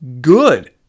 good